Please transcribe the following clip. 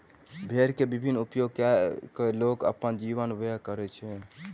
भेड़ के विभिन्न उपयोग कय के लोग अपन जीवन व्यय करैत अछि